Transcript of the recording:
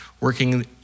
working